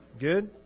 Good